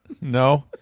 No